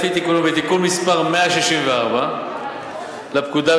לפי תיקון מס' 164 לפקודה,